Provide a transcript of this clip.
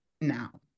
now